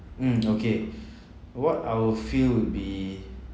mm okay what I will feel would be